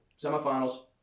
semifinals